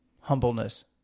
humbleness